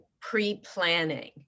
pre-planning